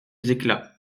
éclat